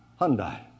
Hyundai